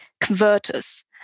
converters